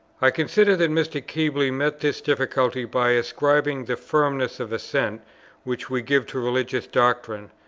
i considered that mr. keble met this difficulty by ascribing the firmness of assent which we give to religious doctrine,